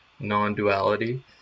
non-duality